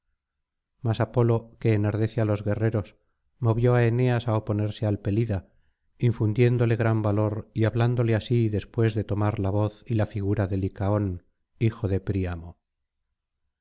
mas apolo que enardece á los guerreros movió á eneas á oponerse al pelida infundiéndole gran valor y hablándole así después de tomar la voz y la figura de licaón hijo de príamo